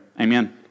Amen